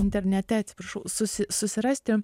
internete atsiprašau susi susirasti